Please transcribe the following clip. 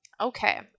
Okay